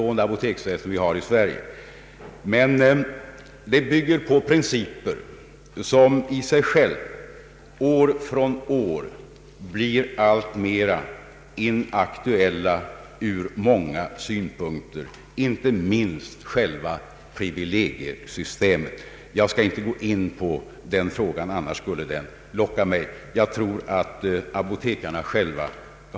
Men herr Kaijser skall inte glömma bort att det bygger på principer som i sig själva år från år blir alltmera otidsenliga från många synpunkter; inte minst gäller detta privilegiesystemet. Jag skall inte närmare gå in på den frågan.